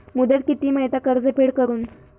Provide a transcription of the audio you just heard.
मुदत किती मेळता कर्ज फेड करून?